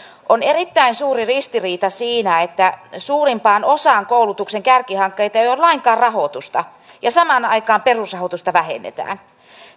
on erittäin suuri ristiriita siinä että suurimpaan osaan koulutuksen kärkihankkeita ei ole lainkaan rahoitusta ja samaan aikaan perusrahoitusta vähennetään